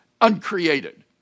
uncreated